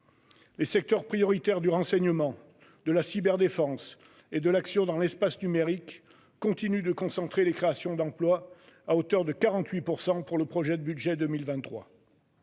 Les secteurs prioritaires du renseignement, de la cyberdéfense et de l'action dans l'espace numérique continuent de concentrer les créations d'emploi, à hauteur de 48 % pour le projet de budget pour